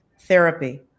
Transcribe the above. therapy